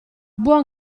buon